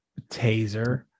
taser